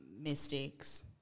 mistakes